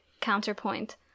counterpoint